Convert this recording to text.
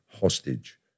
hostage